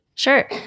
Sure